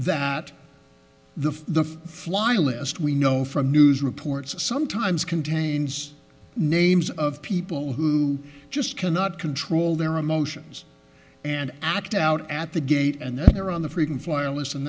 that the fly list we know from news reports sometimes contains names of people who just cannot control their emotions and act out at the gate and they're on the frequent flyer list and